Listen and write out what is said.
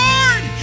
Lord